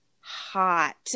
hot